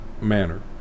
manner